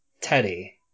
Teddy